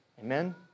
Amen